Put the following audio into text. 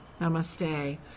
Namaste